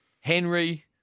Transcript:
Henry